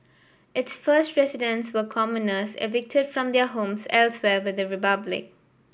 its first residents were commoners evicted from their homes elsewhere within the republic